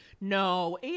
No